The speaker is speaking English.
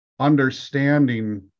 understanding